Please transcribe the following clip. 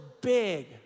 big